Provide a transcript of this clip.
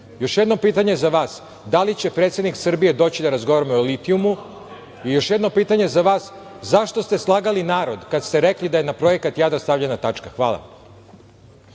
jedno pitanje za vas – da li će predsednik Srbije doći da razgovaramo o litijumu? Još jedno pitanje za vas – zašto ste slagali narod kada ste rekli da je na projekat Jadar stavljena tačka? Hvala.